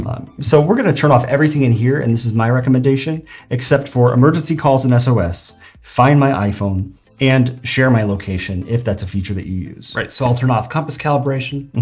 um um so we're going to turn off everything in here. and this is my recommendation except for emergency calls in so sos. find my iphone and share my location. if that's a feature that you use. right, so i'll turn off compass calibration,